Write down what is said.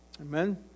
Amen